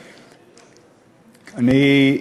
אני,